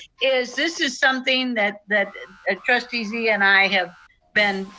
is this is something that that trustee zia and i have been